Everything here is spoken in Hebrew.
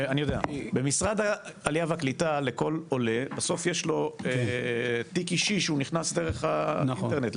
במשרד העלייה והקליטה לכל עולה יש תיק אישי שהוא נכנס דרך האינטרנט.